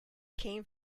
came